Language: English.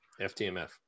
FTMF